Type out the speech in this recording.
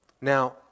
Now